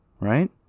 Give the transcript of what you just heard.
right